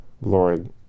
Lord